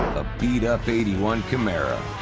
a beat-up eighty one camaro.